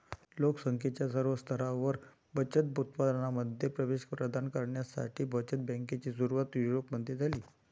लोक संख्येच्या सर्व स्तरांवर बचत उत्पादनांमध्ये प्रवेश प्रदान करण्यासाठी बचत बँकेची सुरुवात युरोपमध्ये झाली